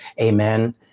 Amen